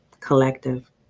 collective